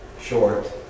short